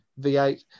v8